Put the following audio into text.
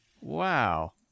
Wow